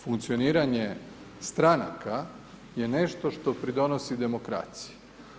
Funkcioniranje stranaka je nešto što pridonosi demokracije.